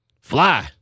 Fly